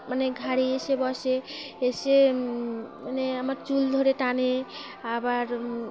মানে ঘাড়ি এসে বসে এসে মানে আমার চুল ধরে টানে আবার